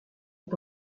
est